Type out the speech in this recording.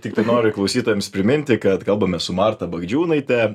tiktai noriu klausytojams priminti kad kalbame su marta bagdžiūnaite